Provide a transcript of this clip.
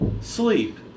Sleep